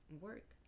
work